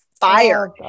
fire